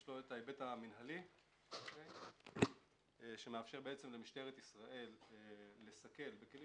יש לו היבט מנהלי שמאפשר למשטרת ישראל לסכל בכלים